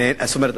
זאת אומרת,